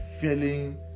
Feeling